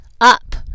up